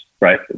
right